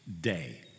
day